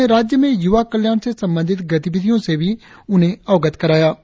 उन्होंने राज्य में युवा कल्याण से संबंधित गतिविधियों से भी उन्हें अवगत कराया